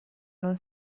non